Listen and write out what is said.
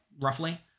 roughly